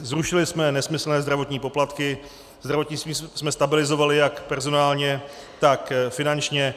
Zrušili jsme nesmyslné zdravotní poplatky, zdravotnictví jsme stabilizovali jak personálně, tak finančně.